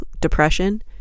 depression